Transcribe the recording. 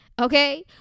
Okay